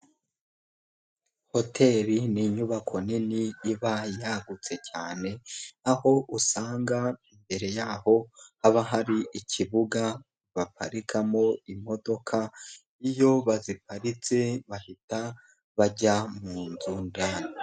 Hoteri ni inyubako nini iba yagutse cyane aho usanga imbere yaho haba hari ikibuga baparikamo imodoka, iyo baziparitse bahita bajya mu nzu indani.